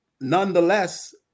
nonetheless